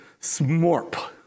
SMORP